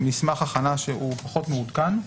מסמך ההכנה פחות מעודכן.